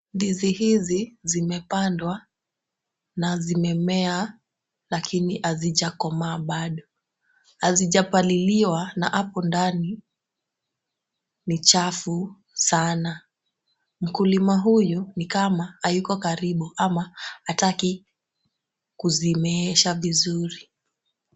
Ndizi hizi zimepandwa na zimemea lakini hazijakomaa bado. Hazijapaliliwa na hapo ndani ni chafu sana. Mkulima huyu ni kama hayuko karibu ama hataki kuzimeesha vizuri.